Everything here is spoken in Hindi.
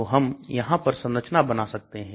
तो हम यहां पर संरचना बना सकते हैं